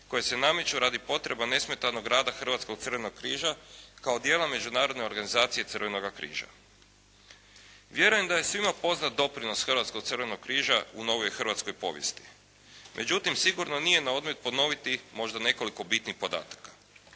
koje se nameću radi potreba nesmetanog rada Hrvatskog crvenog križa kao dijela međunarodne organizacije Crvenoga križa. Vjerujem da je svima poznat doprinos Hrvatskog crvenog križa u novijoj hrvatskoj povijesti, međutim sigurno nije na odmet ponoviti možda nekoliko bitnih podataka.